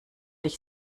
ich